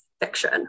fiction